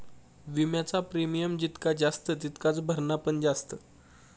विम्याचा प्रीमियम जितका जास्त तितकाच भरणा पण जास्त